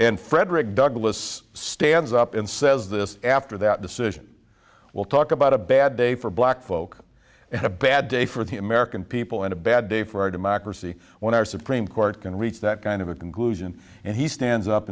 and frederick douglass stands up and says this after that decision will talk about a bad day for black folk and a bad day for the american people and a bad day for our democracy when our supreme court can reach that kind of a conclusion and he stands up